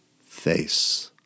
face